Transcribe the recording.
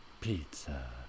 pizza